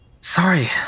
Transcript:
Sorry